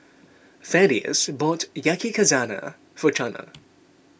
Thaddeus bought Yakizakana for Chana